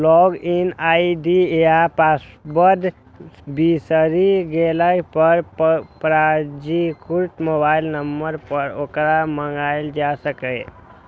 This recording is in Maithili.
लॉग इन आई.डी या पासवर्ड बिसरि गेला पर पंजीकृत मोबाइल नंबर पर ओकरा मंगाएल जा सकैए